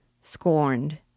scorned